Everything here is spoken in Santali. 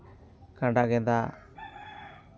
ᱠᱷᱟᱸᱰᱟ ᱜᱮᱸᱫᱟᱜ